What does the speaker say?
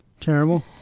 Terrible